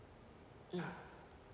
mm